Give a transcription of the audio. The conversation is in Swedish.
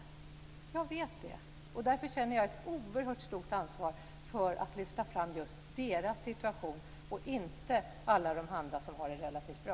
Jag vet det, och därför känner jag ett oerhört stort ansvar för att lyfta fram just deras situation, och inte alla de andra, som har det relativt bra.